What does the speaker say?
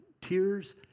tears